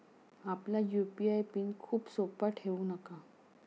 आपला UPI PIN खूप सोपा ठेवू नका